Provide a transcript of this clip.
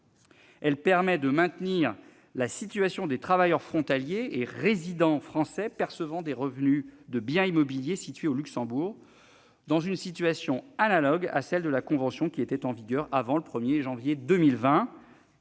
Elle permet de maintenir les travailleurs frontaliers et résidents français percevant des revenus de biens immobiliers situés au Luxembourg dans une situation analogue à celle qui résultait de la convention qui était en vigueur avant le 1 janvier